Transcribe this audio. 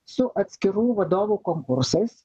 su atskirų vadovų konkursais